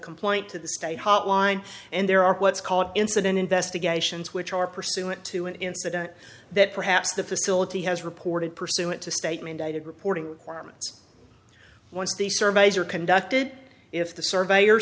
complaint to the state hotline and there are what's called incident investigations which are pursuant to an incident that perhaps the facility has reported pursuant to state mandated reporting fireman's once these surveys are conducted if the surveyor